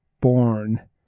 born